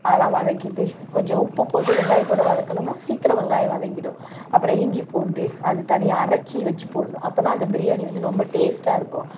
அதெலாம் வதக்கிட்டு கொஞ்சம் உப்பு போட்டு வெங்காயத்தோடு வதக்கினம்னா சீக்கிரம் வெங்காயம் வதங்கிடும் அப்புறம் இஞ்சி பூண்டு அது தனியாக அரைச்சி வச்சு போடணும் அப்போ தான் அந்த பிரியாணி வந்து ரொம்ப டேஸ்ட்டாக இருக்கும்